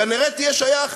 כנראה תהיה שייך,